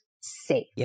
safe